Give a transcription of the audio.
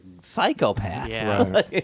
psychopath